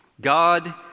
God